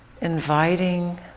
inviting